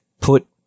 put